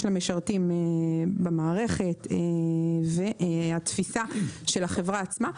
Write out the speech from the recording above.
למשרתים במערכת והתפיסה של החברה עצמה.